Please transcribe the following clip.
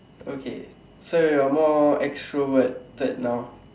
okay so you're more extroverted now